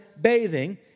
bathing